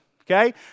okay